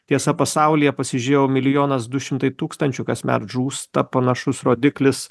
tiesa pasaulyje pasižiūrėjau milijonas du šimtai tūkstančių kasmet žūsta panašus rodiklis